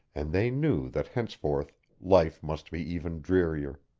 and they knew that henceforth life must be even drearier.